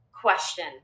question